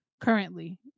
currently